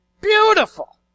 beautiful